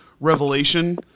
Revelation